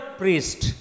priest